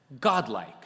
godlike